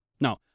Now